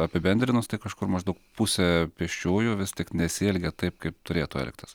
apibendrinus tai kažkur maždaug pusė pėsčiųjų vis tik nesielgia taip kaip turėtų elgtis